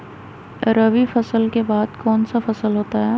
रवि फसल के बाद कौन सा फसल होता है?